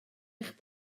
eich